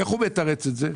איך הוא מתרץ את זה?